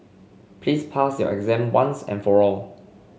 please pass your exam once and for all